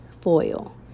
foil